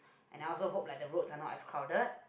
and I also hope like the roads are not as crowded